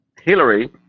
Hillary